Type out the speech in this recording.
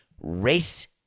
race